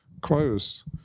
close